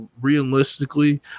realistically